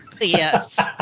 Yes